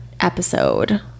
episode